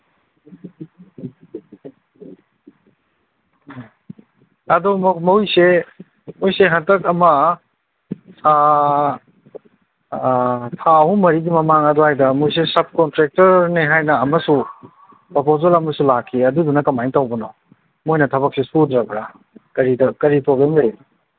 ꯑꯗꯨ ꯃꯣꯏꯁꯦ ꯃꯣꯏꯁꯦ ꯍꯟꯗꯛ ꯑꯃ ꯊꯥ ꯑꯍꯨꯝ ꯃꯔꯤꯒꯤ ꯃꯃꯥꯡ ꯑꯗ꯭ꯋꯥꯏꯗ ꯃꯣꯏꯁꯦ ꯁꯞ ꯀꯣꯟꯇ꯭ꯔꯦꯛꯇꯔꯅꯦ ꯍꯥꯏꯅ ꯑꯃꯁꯨ ꯄ꯭ꯔꯣꯄꯣꯖꯦꯜ ꯑꯃꯁꯨ ꯂꯥꯛꯈꯤ ꯑꯗꯨꯗꯨꯅ ꯀꯃꯥꯏꯅ ꯇꯧꯕꯅꯣ ꯃꯣꯏꯅ ꯊꯕꯛꯁꯦ ꯁꯨꯗ꯭ꯔꯕ꯭ꯔꯥ ꯀꯔꯤ ꯄ꯭ꯔꯣꯕ꯭ꯂꯦꯝ ꯂꯩ